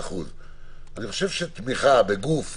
זו רשימה שמשרד הרווחה העביר.